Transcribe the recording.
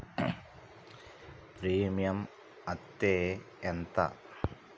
Premium అత్తే ఎంత?